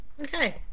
Okay